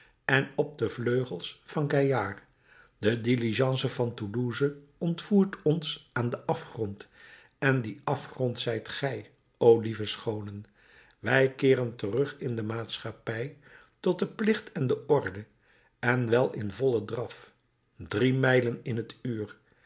en op de vleugels van gaillard de diligence van toulouse ontvoert ons aan den afgrond en die afgrond zijt gij o lieve schoonen wij keeren terug in de maatschappij tot den plicht en de orde en wel in vollen draf drie mijlen in t uur